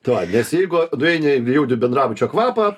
tai va nes jeigu nueini jauti bendrabučio kvapą